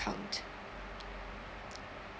account